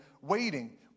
waiting